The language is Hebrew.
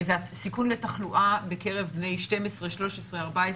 והסיכון לתחלואה בקרב בני 12, 13, 14